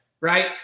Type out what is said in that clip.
right